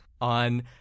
on